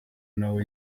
n’aho